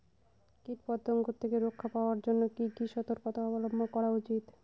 কীটপতঙ্গ থেকে রক্ষা পাওয়ার জন্য কি কি সর্তকতা অবলম্বন করা উচিৎ?